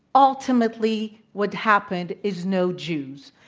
ultimately, what happened is no jews.